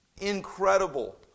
Incredible